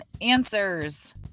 answers